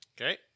Okay